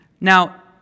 Now